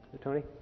Tony